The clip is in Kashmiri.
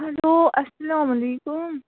ہیٚلو اسلام علیکُم